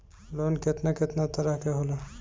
Loan केतना केतना तरह के होला?